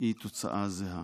היא תוצאה זהה.